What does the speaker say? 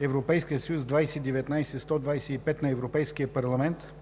(ЕС) 2019/125 на Европейския парламент